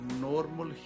normal